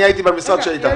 אני הייתי במשרד כשהיא הייתה.